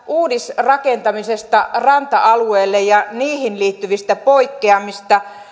uudisrakentamisesta ranta alueelle ja siihen liittyvistä poikkeamisista